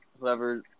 whoever